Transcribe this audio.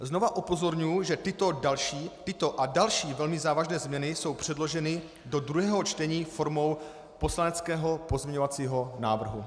Znovu upozorňuji, že tyto a další velmi závažné změny jsou předloženy do druhého čtení formou poslaneckého pozměňovacího návrhu.